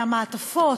והמעטפות,